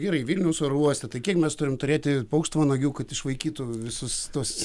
gerai vilniaus oro uoste tai kiek mes turim turėti paukštvanagių kad išvaikytų visus tuos